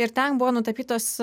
ir ten buvo nutapytos